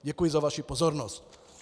Děkuji za vaši pozornost.